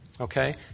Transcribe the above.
okay